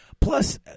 Plus